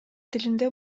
тилинде